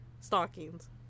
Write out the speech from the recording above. stockings